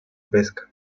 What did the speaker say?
pesca